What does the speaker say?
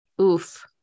Oof